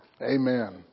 Amen